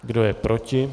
Kdo je proti?